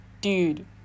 dude